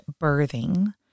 birthing